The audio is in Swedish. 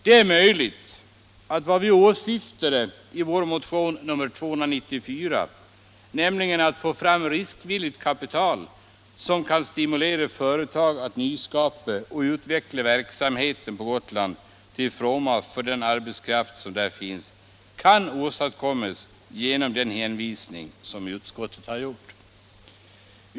Det är möjligt att vad vi åsyftar i vår motion — nämligen att få fram riskvilligt kapital som kan stimulera företag att nyskapa och utveckla verksamheter på Gotland till fromma för den arbetskraft som där finns — kan åstadkommas genom den hänvisning som utskottet har gjort.